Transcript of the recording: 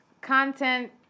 content